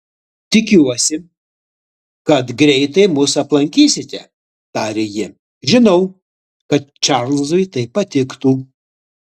tikiuosi kad greitai mus aplankysite tarė ji žinau kad čarlzui tai patiktų